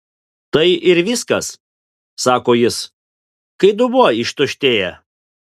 tai ir viskas sako jis kai dubuo ištuštėja